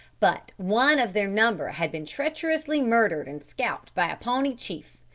but one of their number had been treacherously murdered and scalped by a pawnee chief,